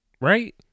right